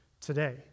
today